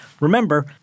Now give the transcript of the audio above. Remember